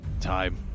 time